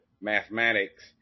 mathematics